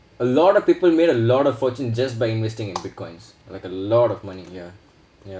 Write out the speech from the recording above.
a lot of people made a lot of fortune just by investing in bitcoins like a lot of money ya ya